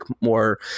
more